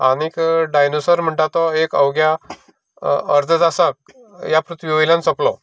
आनीक डायनोसोर म्हणटा तो एक अवघ्या अर्ध्या तासांत ह्या पृथ्वी वयल्यान सोंपलो